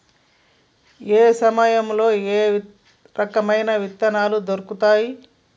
ఏయే సమయాల్లో ఏయే రకమైన విత్తనాలు దొరుకుతాయి?